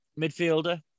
Midfielder